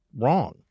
wrong